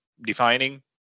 defining